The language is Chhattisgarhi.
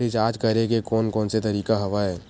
रिचार्ज करे के कोन कोन से तरीका हवय?